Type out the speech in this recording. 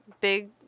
big